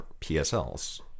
PSLs